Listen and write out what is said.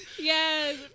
Yes